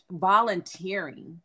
volunteering